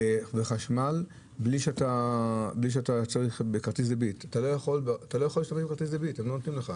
לחברת החשמל בכרטיס דביט, הם לא נותנים לך,